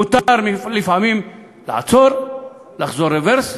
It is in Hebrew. מותר לפעמים לעצור, לחזור רוורס,